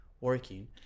working